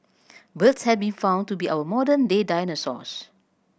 birds have been found to be our modern day dinosaurs